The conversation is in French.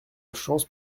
chance